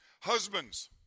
Husbands